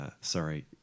sorry